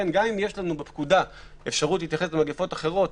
גם אם יש לנו בפקודה אפשרות להתייחס למגפות אחרות,